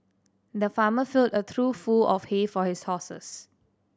the farmer filled a trough full of hay for his horses